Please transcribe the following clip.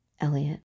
Elliot